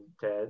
Ted